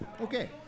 Okay